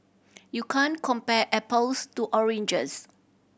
you can't compare apples to oranges